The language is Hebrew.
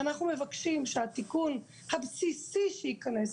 ואנחנו מבקשים שהתיקון הבסיסי שייכנס,